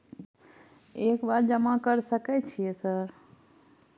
एक बार जमा कर सके सक सर?